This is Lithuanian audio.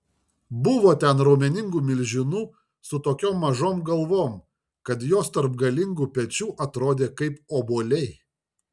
buvo ten raumeningų milžinų su tokiom mažom galvom kad jos tarp galingų pečių atrodė kaip obuoliai